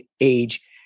age